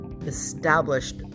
established